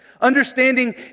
understanding